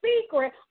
secret